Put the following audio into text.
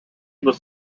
was